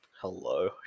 Hello